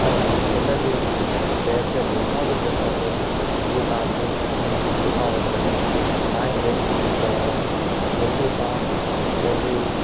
ऐं हिनजे कैब जा जेतिरा बि पैसा थियनि उहे तव्हांखे मूं खां वठिणा आहिनि न ही गेस्ट खे कुझु चवणो आहे मूंखे तव्हां पंहिंजे